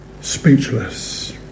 speechless